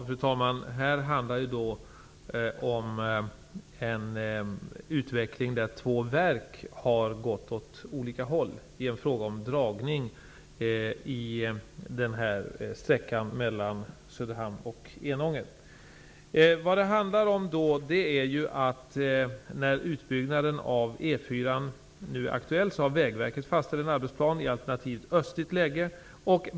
Fru talman! Här handlar det om en utveckling där två verk har gått åt olika håll i fråga om dragningen av sträckan mellan Söderhamn och Enånger. När utbyggnaden av E 4 nu är aktuell har Vägverket fastställt en arbetsplan för alternativet östligt läge.